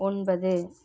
ஒன்பது